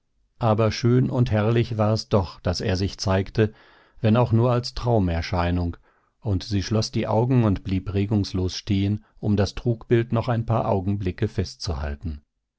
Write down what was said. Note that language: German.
aber schön und herrlich war es doch daß er sich zeigte wenn auch nur als traumerscheinung und sie schloß die augen und blieb regungslos stehen um das trugbild noch ein paar augenblicke festzuhalten